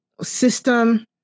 system